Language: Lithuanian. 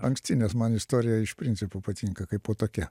anksti nes man istorija iš principo patinka kaipo tokia